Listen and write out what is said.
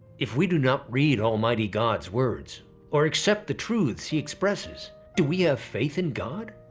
if we do not read almighty god's words or accept the truths he expresses, do we have faith in god?